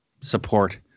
support